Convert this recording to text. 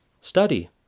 study